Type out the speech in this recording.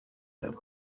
them